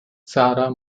sarah